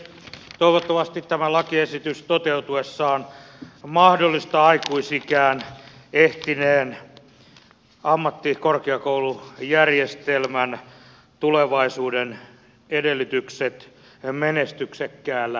toivottavasti tämä lakiesitys toteutuessaan mahdollistaa aikuisikään ehtineen ammattikorkeakoulujärjestelmän tulevaisuuden edellytykset menestyksekkäällä tavalla